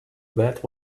that